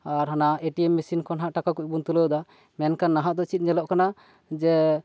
ᱟᱨ ᱦᱟᱱᱟ A T M machine ᱠᱷᱚᱱ ᱦᱟᱜ ᱴᱟᱠᱟ ᱠᱩᱡ ᱵᱩᱱ ᱛᱩᱞᱟᱹᱣ ᱮᱫᱟ ᱢᱮᱱᱠᱷᱟᱱ ᱱᱟᱦᱟᱜ ᱫᱚ ᱪᱮᱫ ᱧᱮᱞᱚᱜ ᱠᱟᱱᱟ ᱡᱮ